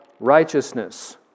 righteousness